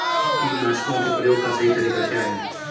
कीटनाशकों के प्रयोग का सही तरीका क्या है?